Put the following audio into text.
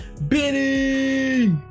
Benny